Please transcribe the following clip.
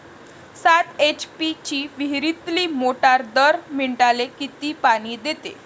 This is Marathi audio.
सात एच.पी ची विहिरीतली मोटार दर मिनटाले किती पानी देते?